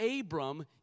Abram